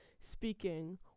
speaking